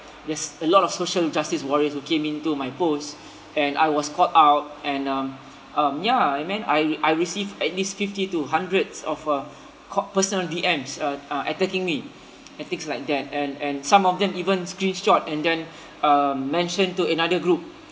there's a lot of social justice warrior who came in to my post and I was called out and um um ya I meant I I receive at least fifty to hundreds of uh co~ persons D_Ms uh uh attacking me and things like that and and some of them even screenshot and then uh mention to another group